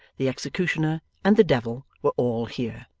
the executioner, and the devil, were all here.